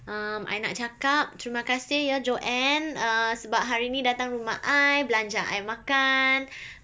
um I nak cakap terima kasih ya joann err sebab hari ni datang rumah I belanja I makan